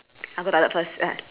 I go toilet first ah